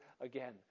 again